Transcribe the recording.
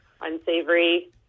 unsavory